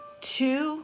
two